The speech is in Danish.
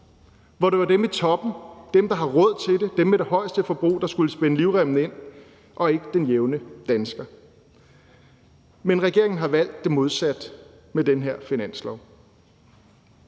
hvor det var dem i toppen, dem, der har råd til det, dem med det højeste forbrug, der skulle spænde livremmen ind, og ikke den jævne dansker. Men regeringen har valgt det modsatte med det her finanslovsforslag.